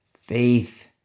faith